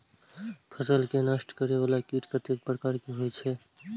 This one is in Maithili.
फसल के नष्ट करें वाला कीट कतेक प्रकार के होई छै?